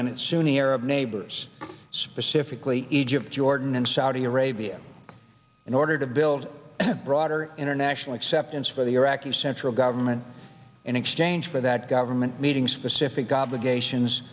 and its sunni arab neighbors specifically egypt jordan and saudi arabia in order to build broader international acceptance for the iraq central government in exchange for that government meeting specific obligations